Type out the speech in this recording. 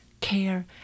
care